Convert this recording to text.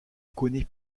connaît